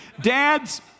Dads